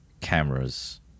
cameras